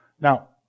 Now